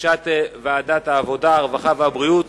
בקשת ועדת העבודה, הרווחה והבריאות